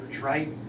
right